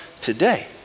today